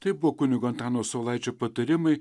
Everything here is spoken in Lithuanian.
tai buvo kunigo antano saulaičio patarimai